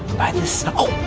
by this, ohh,